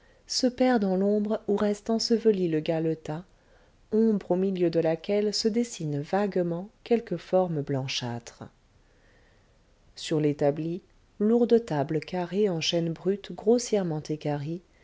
se perd dans l'ombre où reste enseveli le galetas ombre au milieu de laquelle se dessinent vaguement quelques formes blanchâtres sur l'établi lourde table carrée en chêne brut grossièrement